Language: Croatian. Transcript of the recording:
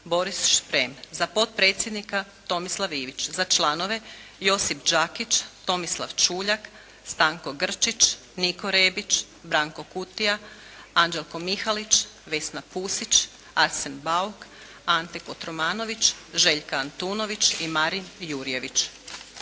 Boris Šprem, za potpredsjednika Tomislav Ivić, za članove Josip Đakić, Tomislav Čuljak, Stanko Grčić, Niko Rebić, Branko Kutija, Anđelko Mihalić, Vesna Pusić, Arsen Bauk, Ante Kotromanović, Željka Antunović i Marin Jurjević.